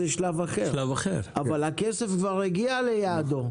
זה שלב אחר, אבל הכסף כבר הגיע ליעדו.